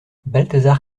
balthazar